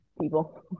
people